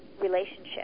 relationship